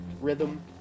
rhythm